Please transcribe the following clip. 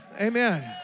amen